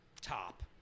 top